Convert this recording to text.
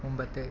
മുമ്പത്തെ